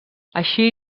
així